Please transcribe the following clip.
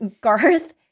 garth